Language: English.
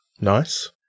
Nice